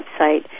website